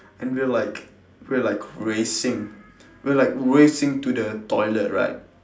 and we're like we're like racing we're like racing to the toilet right